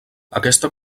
aquesta